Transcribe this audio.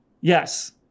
Yes